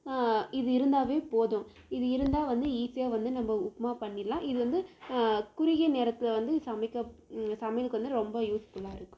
இது இருந்தால் போதும் இது இருந்தால் வந்து ஈசியாக வந்து நம்ம உப்புமா பண்ணிடலாம் இது வந்து குறுகிய நேரத்தில் வந்து சமைக்க சமையலுக்கு வந்து ரொம்ப யூஸ்ஃபுல்லாக இருக்கும்